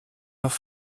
noch